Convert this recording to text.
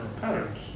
patterns